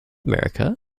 america